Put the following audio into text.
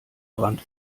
brand